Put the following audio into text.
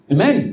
Amen